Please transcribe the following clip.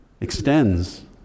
extends